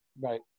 Right